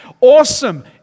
awesome